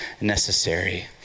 necessary